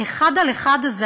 האחד-על-אחד הזה,